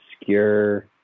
obscure